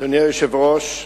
אדוני היושב-ראש,